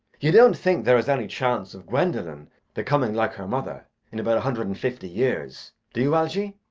you don't think there is any chance of gwendolen becoming like her mother in about a hundred and fifty years, do you, algy?